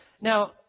Now